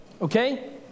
Okay